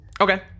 Okay